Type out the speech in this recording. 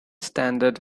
standard